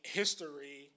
history